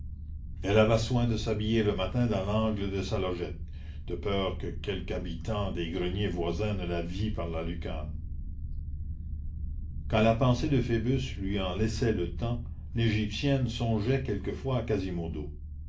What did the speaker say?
elle avait soin de s'habiller le matin dans l'angle de sa logette de peur que quelque habitant des greniers voisins ne la vît par la lucarne quand la pensée de phoebus lui en laissait le temps l'égyptienne songeait quelquefois à quasimodo